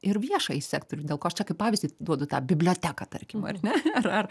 ir viešąjį sektorių dėl ko aš čia kaip pavyzdį duodu tą biblioteką tarkim ar ne ar ar